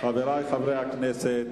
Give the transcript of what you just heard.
חברי חברי הכנסת,